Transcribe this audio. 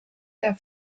der